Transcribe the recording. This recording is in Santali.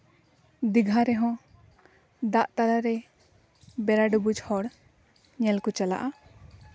ᱫᱤᱜᱷᱟ ᱨᱮᱦᱚᱸ ᱫᱟᱜ ᱛᱟᱞᱟᱨᱮ ᱵᱮᱲᱟ ᱰᱩᱵᱩᱡ ᱦᱚᱲ ᱧᱮᱞ ᱠᱚ ᱪᱟᱞᱟᱜᱼᱟ